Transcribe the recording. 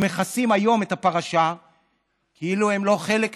הם מכסים היום את הפרשה כאילו הם לא חלק מזה.